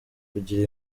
kugira